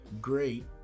great